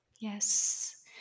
Yes